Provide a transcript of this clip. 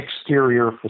exterior